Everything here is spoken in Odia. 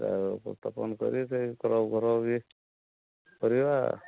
ଶସ୍ତା କାମ କରି ସେ କ୍ଲବ୍ ଘର ବି କରିବା